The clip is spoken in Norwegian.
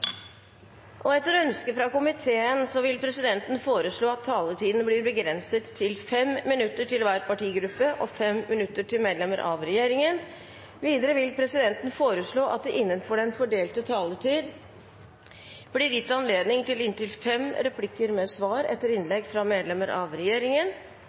og onsdagens møter. Etter ønske fra helse- og omsorgskomiteen vil presidenten foreslå at taletiden blir begrenset til 5 minutter til hver partigruppe og 5 minutter til medlemmer av regjeringen. Videre vil presidenten foreslå at det – innenfor den fordelte taletid – blir gitt anledning til inntil fem replikker med svar etter innlegg fra medlemmer av regjeringen,